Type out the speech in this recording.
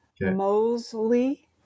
Mosley